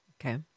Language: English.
Okay